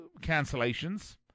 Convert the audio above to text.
cancellations